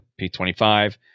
P25